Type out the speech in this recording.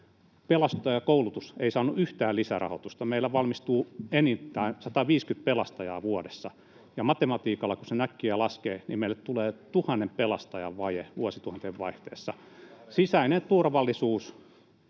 Pelastajakoulutus ei saanut yhtään lisärahoitusta. Meillä valmistuu enintään 150 pelastajaa vuodessa, ja matematiikalla kun sen äkkiä laskee, niin meille tulee tuhannen pelastajan vaje vuosikymmenen vaihteessa. [Petri